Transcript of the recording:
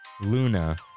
Luna